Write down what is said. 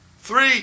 three